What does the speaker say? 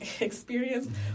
experience